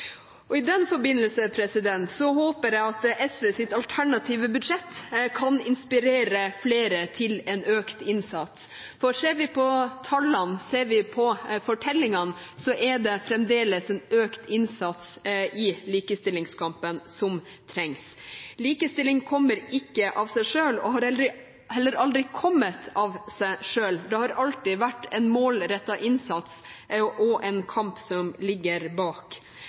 I den forbindelse håper jeg at SVs alternative budsjett kan inspirere flere til en økt innsats. For ser vi på tallene og ser vi på fortellingene, trengs det fremdeles økt innsats i likestillingskampen. Likestilling kommer ikke av seg selv og har heller aldri kommet av seg selv. Det har alltid vært en målrettet innsats og en kamp som ligger bak.